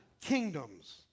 kingdoms